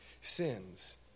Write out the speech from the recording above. sins